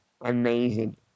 amazing